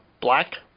black